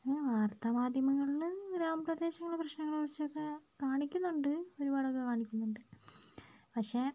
ഉം വാര്ത്ത മാധ്യമങ്ങളിൽ ഗ്രാമപ്രദേശങ്ങളിലെ പ്രശ്നങ്ങളെക്കുറിച്ച് ഒക്കെ കാണിക്കുന്നുണ്ട് ഒരുപാട് ഒക്കെ കാണിക്കുന്നുണ്ട് പക്ഷേ